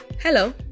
Hello